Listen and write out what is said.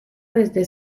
desde